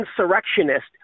insurrectionist